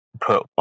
put